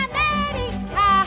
America